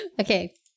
Okay